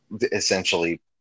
essentially